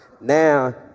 now